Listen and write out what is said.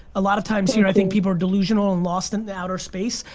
a lot of times you know i think people are delusional and lost in outer space,